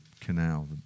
canal